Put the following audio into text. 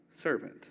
servant